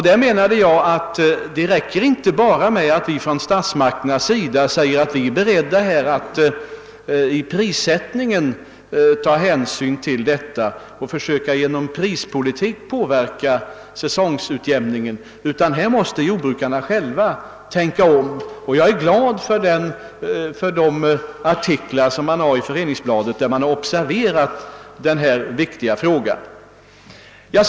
Jag anser att det inte räcker att vi från statsmakternas sida säger att vi är beredda att ta hänsyn till detta i prissättningen och försöka påverka säsongutjämningen genom prispolitik, utan jordbrukarna själva måste tänka om. Jag är glad över de artiklar som skrivits i Föreningsbladet, i vilka denna viktiga fråga har observerats.